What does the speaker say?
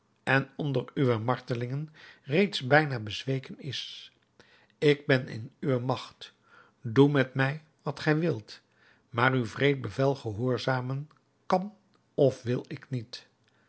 en onder uwe martelingen reeds bijna bezweken is ik ben in uwe magt doe met mij wat gij wilt maar uw wreed bevel gehoorzamen kan of wil ik niet